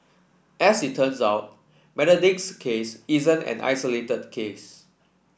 as it turns out Benedict's case isn't an isolated case